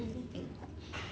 irritating